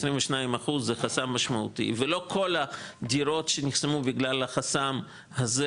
22 אחוז זה חסם משמעותי ולא כל הדירות שנחסמו בגלל החסם הזה,